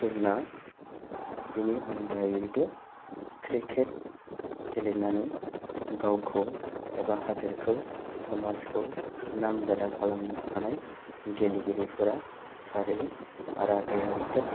पुनिया बेनि अनगायैबो क्रिकेट गेलेनानै गावखौ एबा हादरखौ समाजखौ नामजादा खालामनो हानाय गेलेगिरिफोरा फारियै रायडु रिसोभ